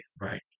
Right